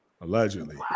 Allegedly